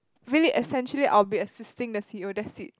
really essentially I'll be assisting the c_e_o that's it